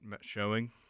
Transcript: showing